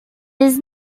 his